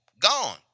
gone